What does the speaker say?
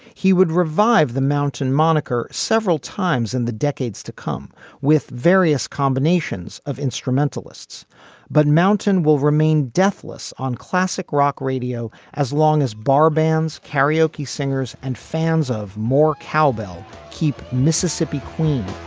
he would revive the mountain moniker several times in the decades to come with various combinations of instrumentalists but mountain will remain deathless on classic rock radio as long as bar bands karaoke singers and fans of more cowbell. keep mississippi queen.